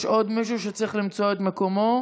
יש עוד מישהו שצריך למצוא את מקומו?